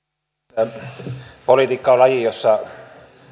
arvoisa puhemies politiikka on laji jossa